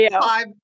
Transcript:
five